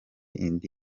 indi